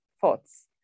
thoughts